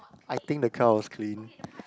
I think the car was clean